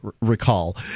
recall